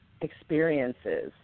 experiences